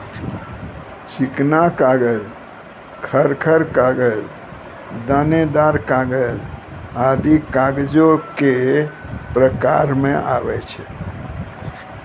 चिकना कागज, खर खर कागज, दानेदार कागज आदि कागजो क प्रकार म आवै छै